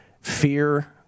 fear